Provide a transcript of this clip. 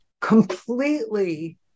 completely